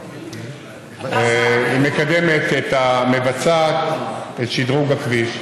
<< דובר_המשך >> שר התחבורה והבטיחות בדרכים ישראל כץ: << דובר_המשך